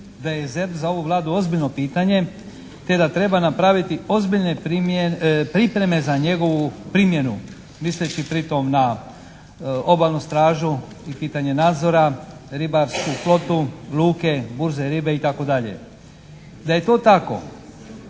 da je ZERP za ovu Vladu ozbiljno pitanje te da treba napraviti ozbiljne pripreme za njegovu primjenu, misleći pri tome na obalnu stražu i pitanje nadzora, ribarsku flotu, luke, burze ribe itd. Da je to tako,